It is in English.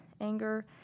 anger